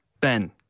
Ben